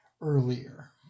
earlier